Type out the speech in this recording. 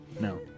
No